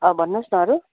अँ भन्नुहोस् न अरू